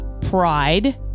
pride